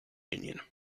union